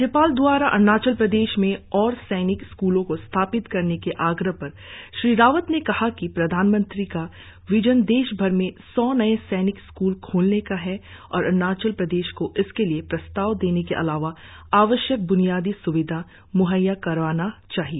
राज्यपाल दवारा अरुणाचल प्रदेश में और सैनिक स्कूलों को स्थापित करने के आग्रह पर श्री रावत ने कहा कि प्रधानमंत्री का विजन देशभर में सौ नए सैनिक स्कूल खोलने का है और अरुणाचल प्रदेश को इसके लिए प्रस्ताव देने के अलावा आवश्यक ब्नियादी स्विधा म्हैया कराना चाहिए